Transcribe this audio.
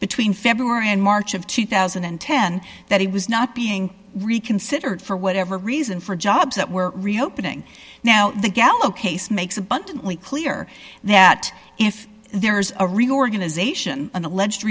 between february and march of two thousand and ten that he was not being reconsidered for whatever reason for jobs that were reopening now the gallo case makes abundantly clear that if there's a reorganization an alleged